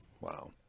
wow